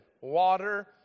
water